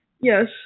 Yes